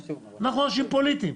אנחנו אנשים פוליטיים,